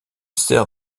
sert